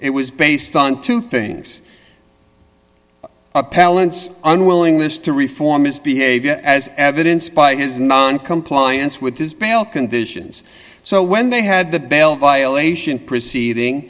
it was based on two things palance unwillingness to reform is behavior as evidenced by his noncompliance with his bail conditions so when they had the bell violation proceeding